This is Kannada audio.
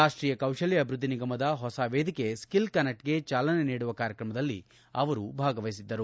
ರಾಷ್ಕೀಯ ಕೌಶಲ್ಯ ಅಭಿವ್ವದ್ದಿ ನಿಗಮದ ಹೊಸ ವೇದಿಕೆ ಸ್ನಿಲ್ ಕನೆಕ್ಟ್ಗೆ ಚಾಲನೆ ನೀಡುವ ಕಾರ್ಯಕ್ರಮದಲ್ಲಿ ಅವರು ಭಾಗವಹಿಸಿದ್ದರು